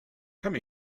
come